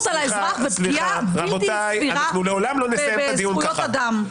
על האזרח ופגיעה בלתי סבירה בזכויות אדם,